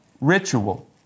ritual